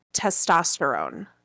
testosterone